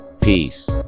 Peace